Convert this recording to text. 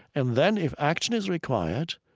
and then if action is required,